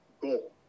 goal